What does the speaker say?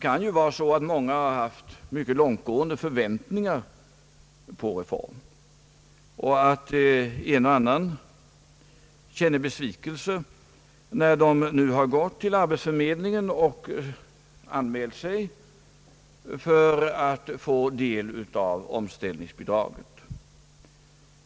Många kan ha haft mycket långtgående förväntningar på reformen, och en och annan känner kanske besvikelse, när han har gått till arbetsförmedlingen och anmält sig för att få omställningsbidrag.